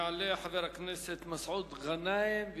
יעלה חבר הכנסת מסעוד גנאים,